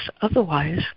otherwise